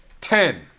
Ten